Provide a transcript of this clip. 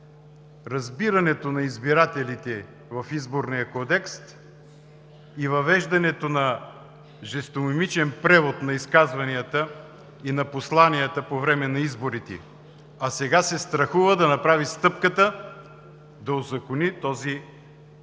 разбирането на избирателите в Изборния кодекс и въвеждането на жестомимичен превод на изказванията и на посланията по време на изборите, а сега се страхува да направи стъпката – да узакони този език